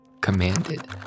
commanded